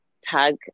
tag